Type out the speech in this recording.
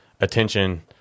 attention